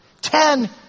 Ten